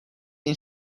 این